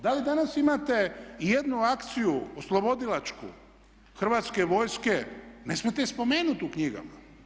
Da li danas imate i jednu akciju oslobodilačku Hrvatske vojske, ne smijete je spomenuti u knjigama.